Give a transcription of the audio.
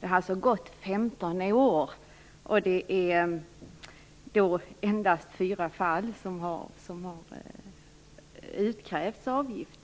Det har alltså gått 15 år, och det är endast i fyra fall som det har utkrävts avgift.